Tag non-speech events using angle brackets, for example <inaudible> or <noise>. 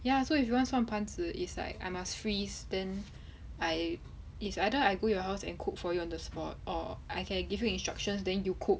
ya so if you want 算盘子 is like I must freeze then <breath> I is either I go your house and cook for you on the spot or I can give you instructions then you cook